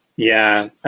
yeah,